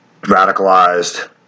radicalized